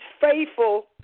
faithful